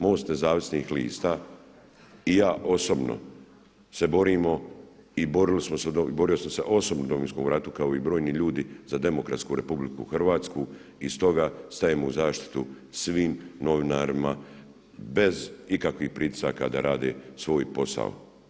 MOST Nezavisnih lista i ja osobno se borimo i borio sam se osobno u Domovinskom ratu kao i brojni ljudi za demokratsku Republiku Hrvatsku i stoga stajemo u zaštitu svim novinarima bez ikakvih pritisaka da rade svoj posao.